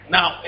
Now